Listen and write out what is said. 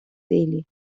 dele